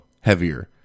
heavier